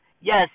Yes